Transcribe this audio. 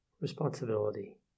responsibility